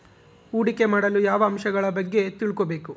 ಹೂಡಿಕೆ ಮಾಡಲು ಯಾವ ಅಂಶಗಳ ಬಗ್ಗೆ ತಿಳ್ಕೊಬೇಕು?